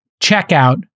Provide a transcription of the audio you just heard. checkout